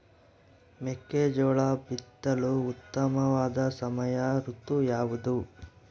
ಮೆಕ್ಕೆಜೋಳ ಬಿತ್ತಲು ಉತ್ತಮವಾದ ಸಮಯ ಋತು ಯಾವುದು?